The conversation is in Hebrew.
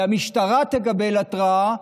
והמשטרה תקבל התראה,